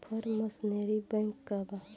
Form machinery bank का बा?